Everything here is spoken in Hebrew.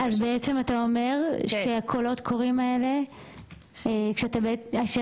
אז אתה אומר השקולות קוראים האלה --- השאלה,